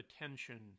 attention